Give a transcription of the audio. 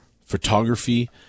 photography